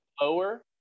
lower